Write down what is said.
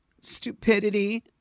stupidity